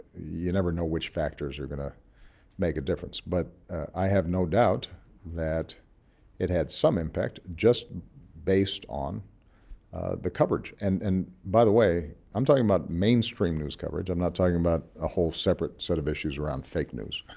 you never know which factors are gonna make a difference. but i have no doubt that it had some impact just based on the coverage. and and by the way, i'm talking about mainstream news coverage. i'm not talking about a whole separate set of issues around fake news.